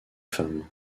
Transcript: femmes